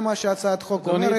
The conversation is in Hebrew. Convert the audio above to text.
זה מה שהצעת החוק אומרת.